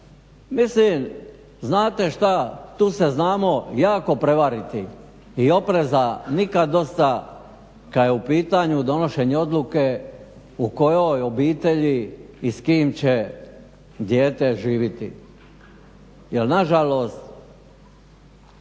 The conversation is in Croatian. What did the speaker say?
Mislim, znate šta? Tu se znamo jako prevariti i opreza nikad dosta kad je u pitanju donošenje odluke u kojoj obitelji i s kim će dijete živiti. Jer na žalost,